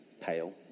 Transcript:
pale